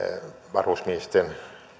varusmiesten